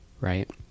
right